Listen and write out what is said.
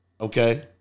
okay